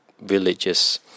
villages